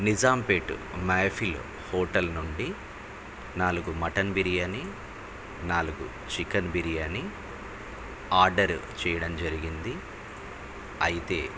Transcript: Nizampet Mehfil hotel నుండి నాలుగు mutton biryani నాలుగు చికెన్ బిర్యానీ ఆర్డర్ చేయడం జరిగింది అయితే